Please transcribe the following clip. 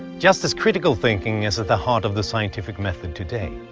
just as critical thinking is at the heart of the scientific method today.